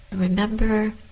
Remember